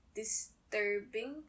disturbing